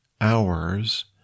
hours